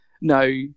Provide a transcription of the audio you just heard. no